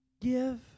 give